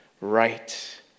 right